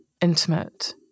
intimate